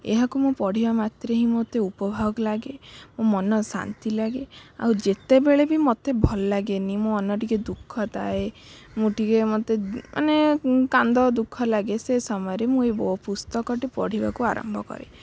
ଏହାକୁ ମୁଁ ପଢ଼ିବା ମାତ୍ରେ ହିଁ ମତେ ଉପଭୋଗ ଲାଗେ ମୋ ମନ ଶାନ୍ତି ଲାଗେ ଆଉ ଯେତେବେଳେ ବି ମୋତେ ଭଲ ଲାଗେନି ମୁଁ ମନ ଟିକେ ଦୁଃଖ ଥାଏ ମୁଁ ଟିକେ ମୋତେ ମାନେ କାନ୍ଦ ଦୁଃଖ ଲାଗେ ସେ ସମୟରେ ମୁଁ ଏ ପୁସ୍ତକଟି ପଢ଼ିବାକୁ ଆରମ୍ଭ କରେ